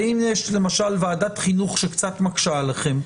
אם למשל יש ועדת חינוך שקצת מקשה עליכם,